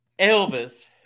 Elvis